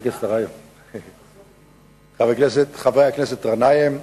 חבר הכנסת גנאים,